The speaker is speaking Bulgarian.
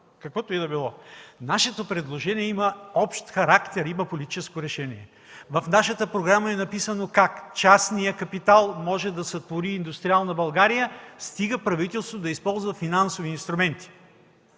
каквото и да било. Нашето предложение има общ характер, има политическо решение. В нашата програма е написано как частният капитал може да сътвори индустриална България, стига правителството да използва финансови инструменти.